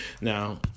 Now